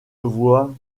voix